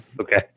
Okay